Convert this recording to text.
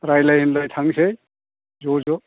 रायज्लाय होनलाय थांसै ज' ज'